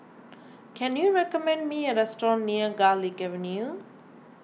can you recommend me a restaurant near Garlick Avenue